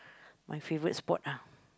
my favourite sport ah